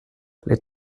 les